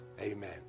Amen